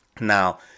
Now